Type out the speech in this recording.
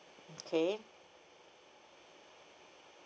okay